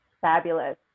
Fabulous